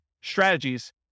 strategies